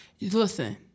listen